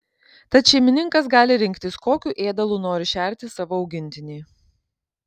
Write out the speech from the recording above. tad šeimininkas gali rinktis kokiu ėdalu nori šerti savo augintinį